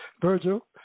Virgil